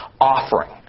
offering